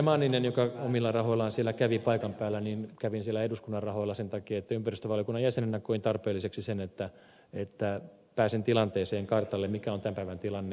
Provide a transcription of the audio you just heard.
manninen joka omilla rahoillaan siellä kävi paikan päällä kävin siellä eduskunnan rahoilla sen takia että ympäristövaliokunnan jäsenenä koin tarpeelliseksi sen että pääsen tilanteeseen kartalle mikä on tämän päivän tilanne